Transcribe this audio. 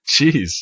Jeez